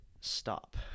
stop